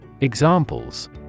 Examples